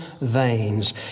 veins